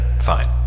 fine